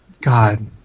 God